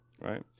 Right